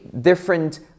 different